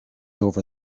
over